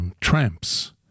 Tramps